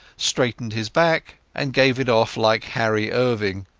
straightened his back, and gave it off like henry irving,